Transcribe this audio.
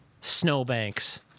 snowbanks